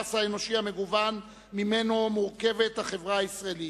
הפסיפס האנושי המגוון שממנו מורכבת החברה הישראלית.